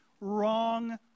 wrong